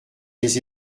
des